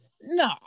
No